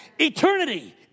Eternity